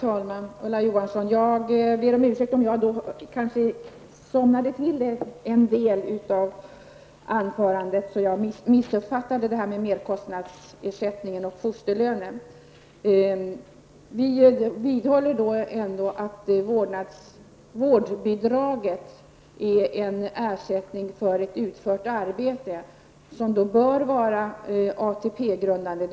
Herr talman! Jag ber om ursäkt om jag somnade till under en del av Ulla Johanssons anförande, så att jag missuppfattade vad hon sade om merkostnadsersättningen och fosterlönen. Vi vidhåller att vårdbidraget är en ersättning för utfört arbete och bör vara ATP-grundande.